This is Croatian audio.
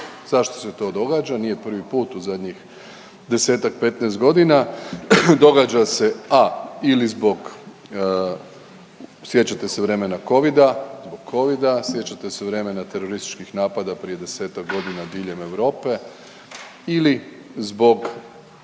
Zašto se to događa? Nije prvi put u zadnjih 10-ak, 15 godina, događa se a, ili zbog, sjećate se vremena Covida, Covida, sjećate se vremena terorističkih napada prije 10-ak godina diljem Europe ili zbog